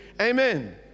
Amen